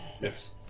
Yes